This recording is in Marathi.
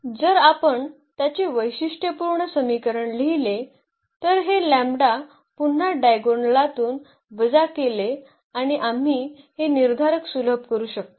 जर आपण त्याचे वैशिष्ट्यपूर्ण समीकरण लिहिले तर हे पुन्हा डायगोनलातून वजा केले आणि आम्ही हे निर्धारक सुलभ करू शकतो